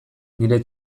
nire